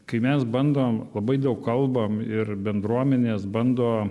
kai mes bandom labai daug kalbam ir bendruomenės bando